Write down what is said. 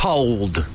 Cold